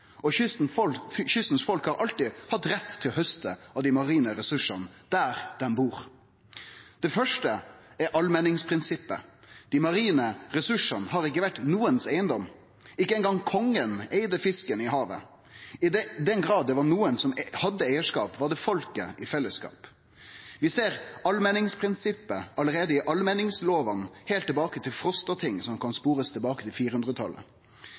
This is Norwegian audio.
kystens folk har alltid hatt rett til å hauste av dei marine ressursane der dei bur. Det første er allmenningsprinsippet. Dei marine ressursane har ikkje vore eigedomen til nokon, ikkje ein gong Kongen eigde fisken i havet. I den grad det var nokon som hadde eigarskap, var det folket i fellesskap. Vi ser allmenningsprinsippet allereie i allmenningslovane heilt tilbake til Frostating, som kan bli spora tilbake til